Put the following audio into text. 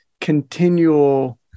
continual